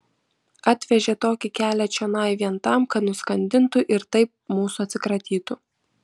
atvežė tokį kelią čionai vien tam kad nuskandintų ir taip mūsų atsikratytų